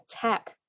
tap